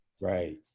right